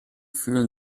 fühlen